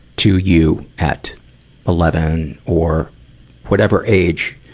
to you at eleven or whatever age,